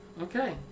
Okay